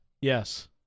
Yes